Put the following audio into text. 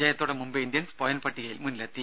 ജയത്തോടെ Mumbai Indians point പട്ടികയിൽ മുന്നിലെത്തി